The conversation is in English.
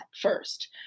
first